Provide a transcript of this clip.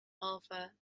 alfa